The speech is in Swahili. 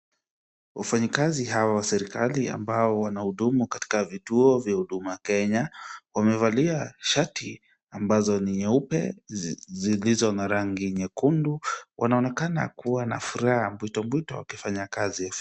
Wafunyikazi hawa wa serikali ambao wanahudumu katika vituo vya huduma Kenya wamevalia shati ambazo ni nyeupe zilizo na rangi nyekundu, wanaonekana kuwa na furaha mpwitopwito wakifanya kazi.